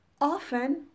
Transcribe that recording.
often